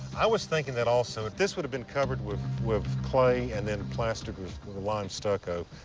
i was thinking that, also, this would have been covered with with clay and then plastered with with lime stucco.